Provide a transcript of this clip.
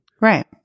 right